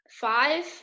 five